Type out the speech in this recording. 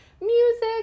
music